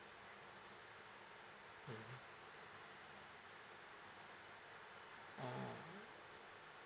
mmhmm ah